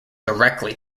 directly